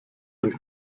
ein